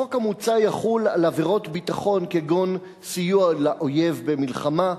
החוק המוצע יחול על עבירות ביטחון כגון סיוע לאויב במלחמה,